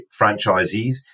franchisees